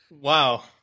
Wow